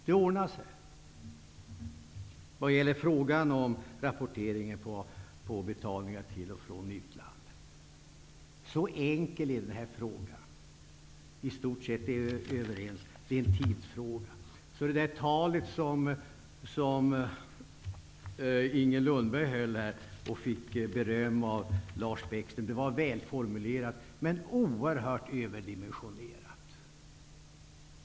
Det ordnar sig vad gäller frågan om rapportering om betalningar till och från utlandet. Så enkel är den här frågan. I stort sett är vi överens. Det är en tidsfråga. Det tal som Inger Lundberg höll och fick beröm av Lars Bäckström för var välformulerat men oerhört överdimensionerat.